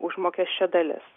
užmokesčio dalis